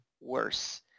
worse